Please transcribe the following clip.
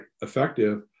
effective